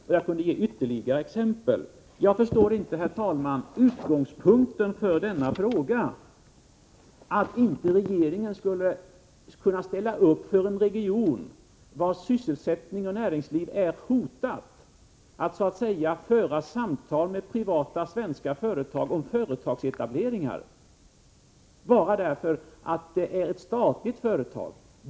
Jag skulle kunna ge ytterligare exempel. Herr talman! Jag förstår inte utgångspunkten för denna fråga. Regeringen skulle tydligen inte få ställa upp för en region vars sysselsättning och näringsliv är hotade, och inte få föra samtal med privata svenska företag om företagsetableringar, eftersom statliga företag kan vara inblandade.